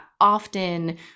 often